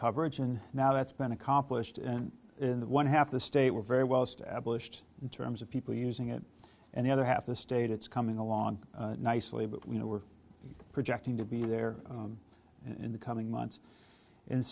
coverage and now that's been accomplished and in one half the state we're very well established in terms of people using it and the other half the state it's coming along nicely but we know we're projecting to be there in the coming months and